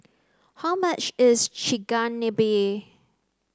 how much is Chigenabe